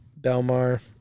Belmar